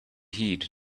heed